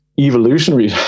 evolutionary